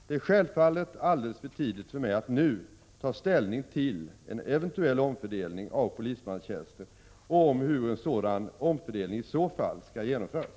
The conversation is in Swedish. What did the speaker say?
Det är självfallet alldeles för tidigt för mig att nu ta ställning till en eventuell omfördelning av polismanstjänster och hur en sådan omfördelning i så fall skall genomföras.